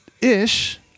ish